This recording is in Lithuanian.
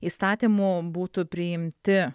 įstatymu būtų priimti